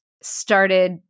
started